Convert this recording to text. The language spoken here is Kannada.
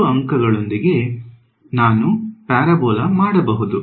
ಮೂರು ಅಂಕಗಳೊಂದಿಗೆ ನಾನು ಪ್ಯಾರಾಬೋಲಾ ಮಾಡಬಹುದು